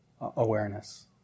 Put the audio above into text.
awareness